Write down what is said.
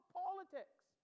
politics